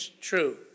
true